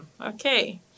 Okay